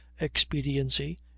expediency